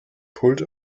pult